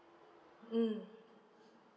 mm